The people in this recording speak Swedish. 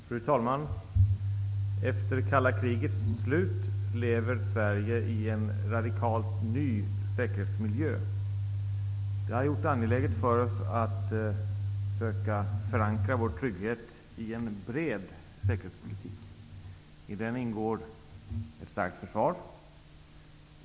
Fru talman! Efter det kalla krigets slut lever Sverige i en radikalt ny säkerhetsmiljö. Det har gjort det angeläget för oss att söka förankra vår trygghet i en bred säkerhetspolitik. I den ingår ett starkt försvar.